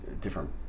different